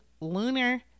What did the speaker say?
lunar